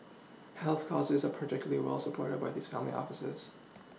health causes are particularly well supported by these family offices